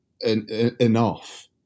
enough